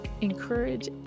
Encourage